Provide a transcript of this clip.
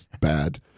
bad